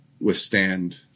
withstand